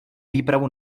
výpravu